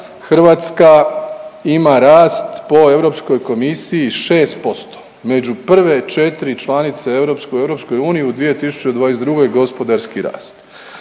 Hrvatska ima rast po Europskoj komisiji 6%, među prve četri članice u EU u 2022. gospodarski rast,